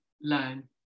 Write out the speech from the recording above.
learn